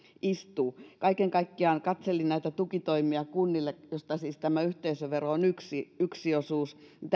istuu kaiken kaikkiaan kun katselin näitä tukitoimia kunnille joista siis tämä yhteisövero on yksi yksi osuus niin